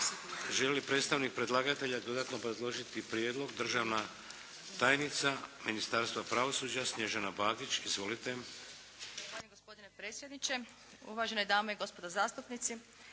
li predstavnik predlagatelja dodatno obrazložiti prijedlog? Državna tajnica Ministarstva pravosuđa, Snježana Bagić. Izvolite. **Bagić, Snježana** Zahvaljujem gospodine predsjedniče. Uvažene dame i gospodo zastupnici,